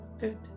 Good